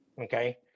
okay